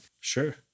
Sure